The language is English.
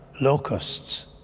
locusts